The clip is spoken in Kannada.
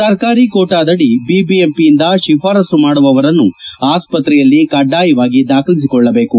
ಸರ್ಕಾರಿ ಕೋಟಾದಡಿ ಬಿಬಿಎಂಪಿಯಿಂದ ಶಿಫಾರಸು ಮಾಡುವವರನ್ನು ಆಸ್ಪತ್ರೆಯಲ್ಲಿ ಕಡ್ಡಾಯವಾಗಿ ದಾಖಲಿಸಿಕೊಳ್ಳಬೇಕು